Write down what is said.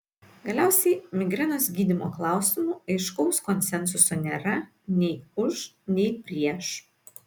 galiausiai migrenos gydymo klausimu aiškaus konsensuso nėra nei už nei prieš